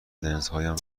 لنزهایم